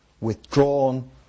withdrawn